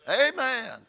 Amen